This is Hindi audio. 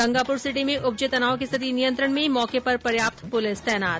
गंगापुर सिटी में उपजे तनाव की स्थिति नियंत्रण में मौके पर पर्याप्त पुलिस तैनात